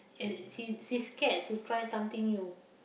and she she scared to try something new